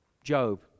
job